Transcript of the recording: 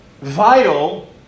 vital